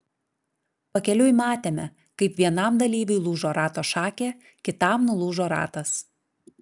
pakeliui matėme kaip vienam dalyviui lūžo rato šakė kitam nulūžo ratas